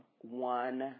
one